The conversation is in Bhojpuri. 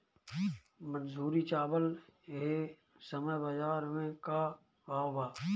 मंसूरी चावल एह समय बजार में का भाव बा?